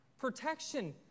protection